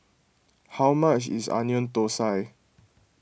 how much is Onion Thosai